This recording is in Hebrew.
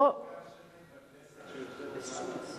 את באמת מרגישה את זה?